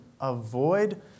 avoid